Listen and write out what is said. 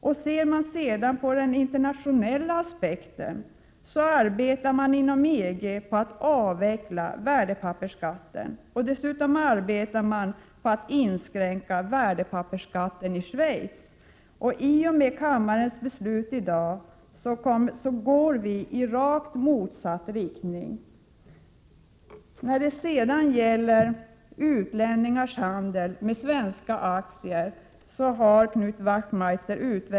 Om vi ser på den internationella aspekten, arbetar man inom EG på att avveckla värdepappersskatten. Dessutom arbetar man i Schweiz på att inskränka värdepappersskatten. I och med kammarens beslut i dag går vi i rakt motsatt riktning. Knut Wachtmeister har utvecklat frågan om utlänningars handel med svenska aktier.